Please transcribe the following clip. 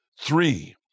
Three